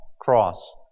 cross